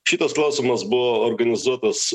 šitas klausimas buvo organizuotas